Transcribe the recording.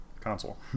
console